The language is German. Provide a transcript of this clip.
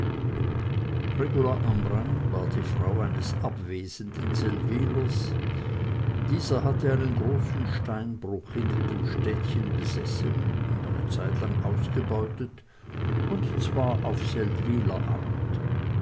regula amrain war die frau eines abwesenden seldwylers dieser hatte einen großen steinbruch hinter dem städtchen besessen und seine zeitlang ausgebeutet und zwar auf seldwyler art